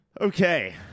Okay